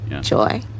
Joy